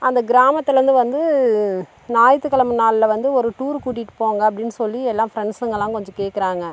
அந்த கிராமத்துலேந்து வந்து ஞாயித்துக்கிழம நாளில் வந்து ஒரு டூர் கூட்டிகிட்டு போங்க அப்படின்னு சொல்லி எல்லாம் ஃப்ரெண்ட்ஸுங்கலாம் கொஞ்சம் கேட்குறாங்க